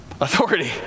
Authority